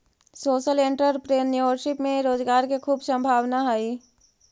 social entrepreneurship में रोजगार के खूब संभावना हई